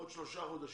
בעוד שלושה חודשים